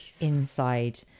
inside